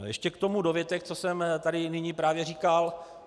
Ještě k tomu dovětek, co jsem tady nyní právě říkal.